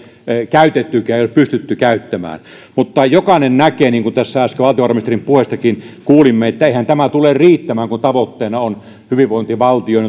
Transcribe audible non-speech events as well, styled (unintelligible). käytettykään niitä ei ole pystytty käyttämään mutta jokainen näkee niin kuin tässä äsken valtiovarainministerin puheestakin kuulimme että eihän tämä tule riittämään kun tavoitteena on hyvinvointivaltion (unintelligible)